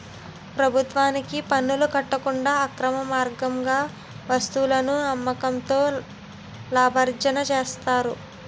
ప్రభుత్వానికి పనులు కట్టకుండా అక్రమార్గంగా వస్తువులను అమ్మకంతో లాభార్జన చేస్తారు